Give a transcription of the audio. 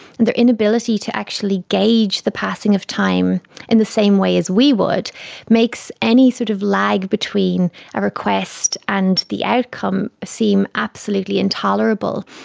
and their inability to actually gauge the passing of time in the same way as we would makes any sort of lag between a request and the outcome seem absolutely intolerable.